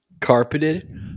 Carpeted